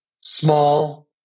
small